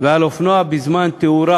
ועל אופנוע בזמן תאורה.